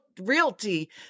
realty